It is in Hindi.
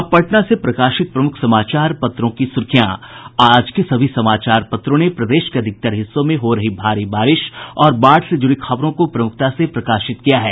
अब पटना से प्रकाशित प्रमुख समाचारों पत्रों की सुर्खियां आज के सभी समाचार पत्रों ने प्रदेश के अधिकतर हिस्सों में हो रही भारी बारिश और बाढ़ से जुड़ी खबरों को प्रमुखता से प्रकाशित किया की हैं